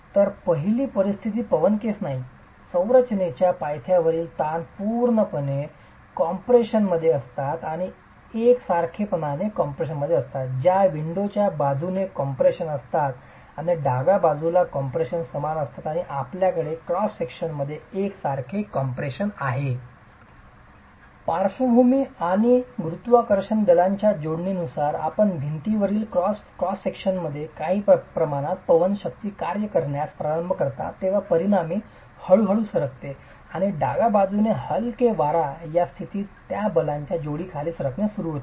तर पहिली परिस्थिती पवन केस नाही संरचनेच्या पायथ्यावरील ताण संपूर्णपणे कॉम्प्रेशनमध्ये असतात आणि एकसारखेपणाने कॉम्प्रेशन असतात ज्या विंडोच्या बाजूने कॉम्प्रेशन असतात आणि डाव्या बाजूला कॉम्प्रेशन समान असतात आणि आपल्याकडे क्रॉस विभागात एकसारखे कॉम्प्रेशन आहे पार्श्वभूमी आणि गुरुत्वाकर्षण दलांच्या जोडणीनुसार आपण भिंतीवरील क्रॉस विभागात काही प्रमाणात पवन शक्ती कार्य करण्यास प्रारंभ करता तेव्हा परिणामी हळू हळू सरकते आणि डाव्या बाजूने हलके वारा या स्थितीत या बलाच्या जोडीखाली सरकणे सुरू होते